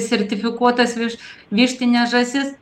sertifikuotas virš vištines žąsis